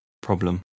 problem